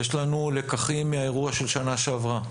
יש לנו לקחים מהאירוע של שנה שעברה.